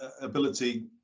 ability